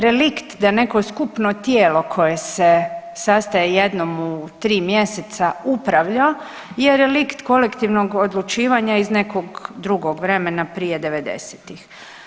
Relikt da neko skupno tijelo koje se sastaje jednom u tri mjeseca upravlja je relikt kolektivnog odlučivanja iz nekog drugog vremena prije 90-ih.